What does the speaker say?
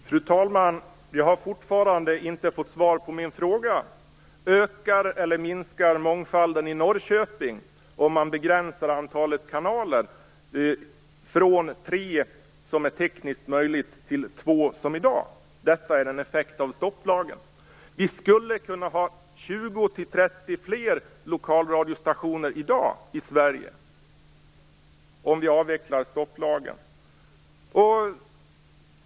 Fru talman! Jag har fortfarande inte fått svar på min fråga: Ökar eller minskar mångfalden i Norrköping om man begränsar antalet kanaler från tre, som är tekniskt möjligt, till två, som i dag? Detta är en effekt av stopplagen. Vi skulle kunna ha 20-30 fler lokalradiostationer i Sverige i dag om vi avvecklar stopplagen.